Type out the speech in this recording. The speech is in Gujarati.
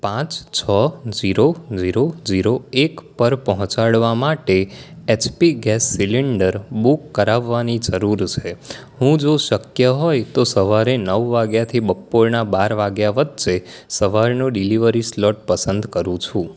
પાંચ છ ઝીરો ઝીરો ઝીરો એક પર પહોંચાડવા માટે એચપી ગેસ સિલિન્ડર બુક કરાવવાની જરૂર છે હું જો શક્ય હોય તો સવારે નવ વાગ્યાથી બપોરના બાર વાગ્યા વચ્ચે સવારનો ડિલિવરી સ્લોટ પસંદ કરું છું